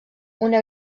una